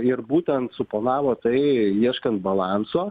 ir būtent suponavo tai ieškant balanso